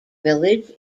village